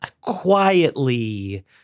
quietly